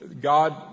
God